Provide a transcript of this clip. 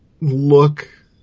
look